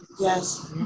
Yes